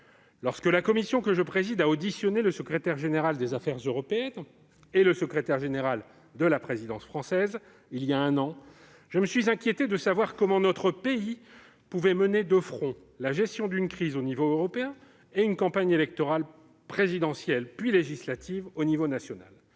Lorsque la commission que je préside a auditionné le secrétaire général des affaires européennes et le secrétaire général de la présidence française, voilà un an, je me suis inquiété de savoir comment notre pays pouvait mener de front la gestion d'une crise au niveau européen et une campagne électorale présidentielle, puis législative, au niveau national.